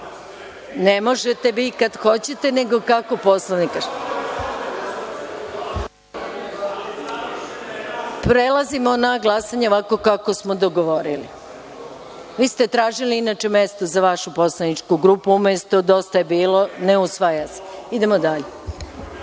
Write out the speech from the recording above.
možete vi kada hoćete, nego kako Poslovnik kaže. Prelazimo na glasanje ovako kako smo dogovorili. Vi ste tražili inače mesto za vašu poslaničku grupu, umesto „Dosta je bilo“, ne usvaja se. Idemo dalje. Molim